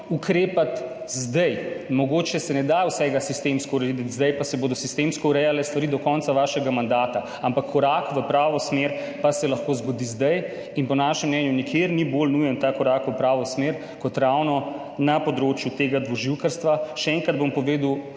ukrepati zdaj. Mogoče se ne da vsega sistemsko urediti, zdaj pa se bodo sistemsko urejale stvari do konca vašega mandata, ampak korak v pravo smer pa se lahko zgodi zdaj. In po našem mnenju nikjer ni bolj nujen ta korak v pravo smer kot ravno na področju tega dvoživkarstva. Še enkrat bom povedal